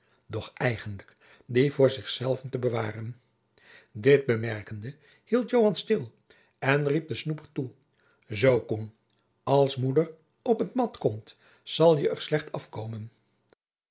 doch eigenlijk die voor zich zelven te bewaren dit bemerkende hield joan stil en riep den snoeper toe zoo koen als moeder op het mat komt zal je er slecht afkomen